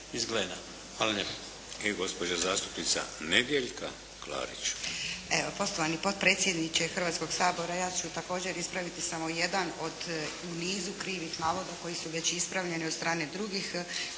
Nedjeljka Klarić. **Klarić, Nedjeljka (HDZ)** Evo poštovani potpredsjedniče Hrvatskog sabora. Ja ću također ispraviti samo jedan u nizu od krivih navoda koji su već ispravljeni od strane drugih